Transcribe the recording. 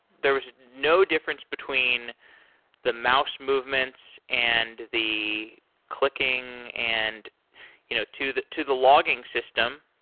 there was no difference between the mouse movements and the clicking and you know to the to the logging system,